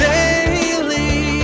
Daily